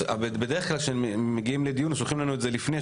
בדרך כלל שמגיעים לדיון שולחים לנו את זה לפני,